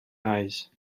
eyes